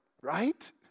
right